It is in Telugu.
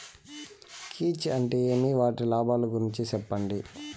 కీచ్ అంటే ఏమి? వాటి లాభాలు గురించి సెప్పండి?